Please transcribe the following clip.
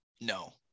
no